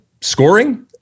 scoring